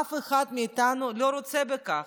אף אחד מאיתנו לא רוצה בכך.